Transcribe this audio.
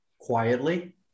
quietly